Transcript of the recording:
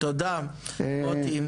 תודה מוטי.